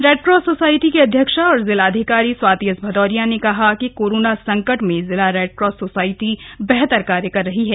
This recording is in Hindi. रेडक्रॉस सोसायटी की अध्यक्षा और जिलाधिकारी स्वाति एस भदौरिया ने कहा कि कोरोना संकट में जिला रेडक्रॉस सोसायटी बेहतर कार्य कर रही है